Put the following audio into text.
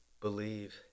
believe